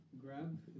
grab